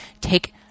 Take